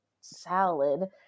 salad